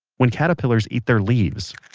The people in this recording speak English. when caterpillars eat their leaves,